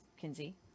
Kinsey